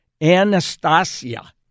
Anastasia